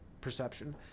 perception